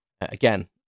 Again